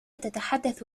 تتحدث